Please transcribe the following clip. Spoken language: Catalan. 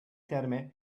terme